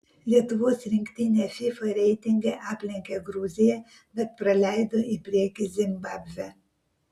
lietuvos rinktinė fifa reitinge aplenkė gruziją bet praleido į priekį zimbabvę